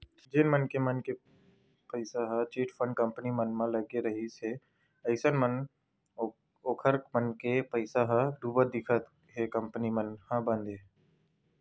जेन मनखे मन के पइसा ह चिटफंड कंपनी मन म लगे रिहिस हे अइसन म ओखर मन के पइसा ह डुबत दिखत हे कंपनी मन ह बंद होगे हे